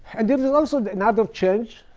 and there is also another change.